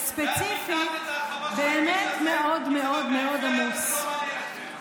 ואת ביטלת את ההרחבה של הכביש הזה.